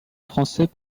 français